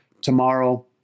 tomorrow